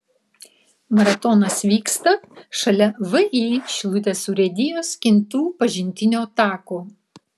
maratonas vyksta šalia vį šilutės urėdijos kintų pažintinio tako